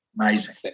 Amazing